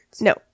No